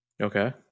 Okay